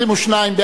2),